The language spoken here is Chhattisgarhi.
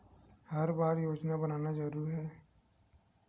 हर बार योजना बनाना जरूरी है?